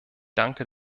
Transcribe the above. danke